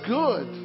good